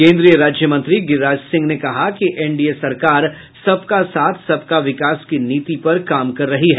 केंद्रीय राज्य मंत्री गिरिराज सिंह ने कहा कि एनडीए सरकार सबका साथ सबका विकास की नीति पर काम कर रही है